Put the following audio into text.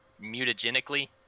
mutagenically